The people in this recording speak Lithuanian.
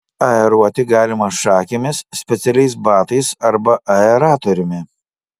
aeruoti galima šakėmis specialiais batais arba aeratoriumi